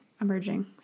emerging